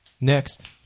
Next